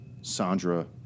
Sandra